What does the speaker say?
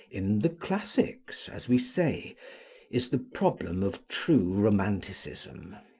in the classics, as we say is the problem of true romanticism.